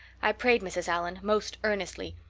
i prayed, mrs. allan, most earnestly,